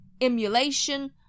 emulation